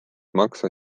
maksa